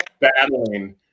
battling